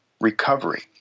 recovery